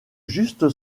juste